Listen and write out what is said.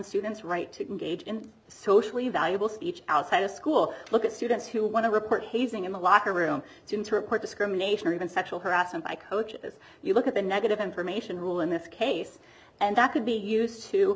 students right to engage in socially valuable speech outside of school look at students who want to report hazing in the locker room to report discrimination or even sexual harassment by coach as you look at the negative information rule in this case and that could be used to